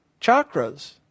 chakras